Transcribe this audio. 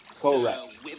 Correct